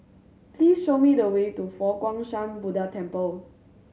please show me the way to Fo Guang Shan Buddha Temple